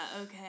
okay